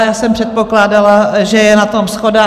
Já jsem předpokládala, že je na tom shoda.